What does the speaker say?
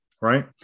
right